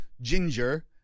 ginger